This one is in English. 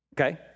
Okay